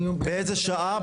באיזה שעה,